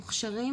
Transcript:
מוכשרים,